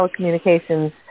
telecommunications